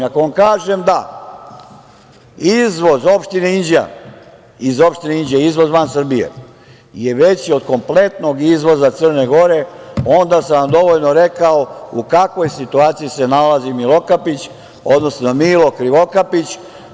Ako vam kažem da izvoz iz opštine Inđija van Srbije je veći od kompletnog izvoza Crne Gore, onda sam vam dovoljno rekao u kakvoj situaciji se nalazi "Milokapić" odnosno "Milo Krivokapić"